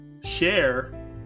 share